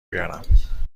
بیارم